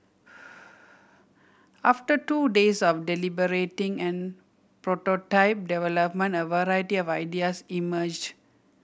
after two days of deliberating and prototype development a variety of ideas emerged